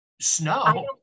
snow